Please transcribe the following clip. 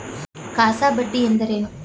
CASA ಬಡ್ಡಿ ಎಂದರೇನು?